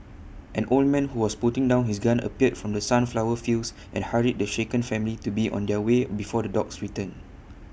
an old man who was putting down his gun appeared from the sunflower fields and hurried the shaken family to be on their way before the dogs return